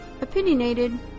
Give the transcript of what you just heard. opinionated